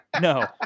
no